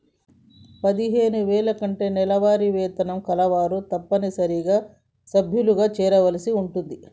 పదిహేను వేల కంటే నెలవారీ వేతనం కలవారు తప్పనిసరిగా సభ్యులుగా చేరవలసి ఉంటుంది